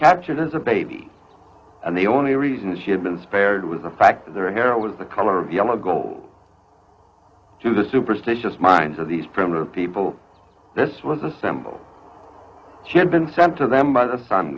captured as a baby and the only reason she had been spared was the fact that their hero was the color of yellow gold to the superstitious minds of these primitive people this was a symbol she had been sent to them by the sun